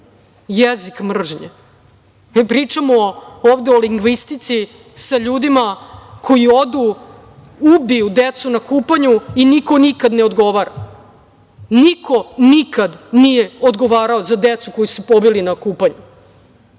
Jezik mržnje. Mi pričamo ovde o lingvistici sa ljudima koji odu, ubiju decu na kupanju i nikad niko ne odgovara. Niko, nikad nije odgovarao za decu koju su pobili na kupanju.